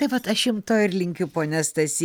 taip vat aš jum to ir linkiu pone stasy